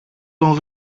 τον